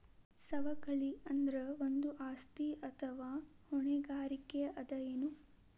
ಸವಕಳಿ ಅಂದ್ರ ಒಂದು ಆಸ್ತಿ ಅಥವಾ ಹೊಣೆಗಾರಿಕೆ ಅದ ಎನು?